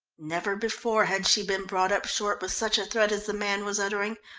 never before had she been brought up short with such a threat as the man was uttering,